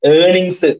earnings